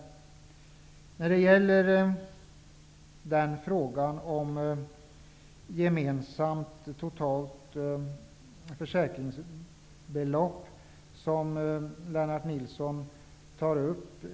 Lennart Nilsson tar i sitt anförande upp frågan om gemensamt totalt försäkringsbelopp.